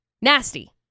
Nasty